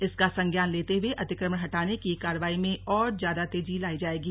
इसका संज्ञान लेते हुए अतिक्रमण हटाने की कार्रवाई में और ज्यादा तेजी लायी जाएगी